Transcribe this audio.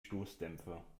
stoßdämpfer